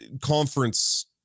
Conference